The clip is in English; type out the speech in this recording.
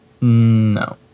No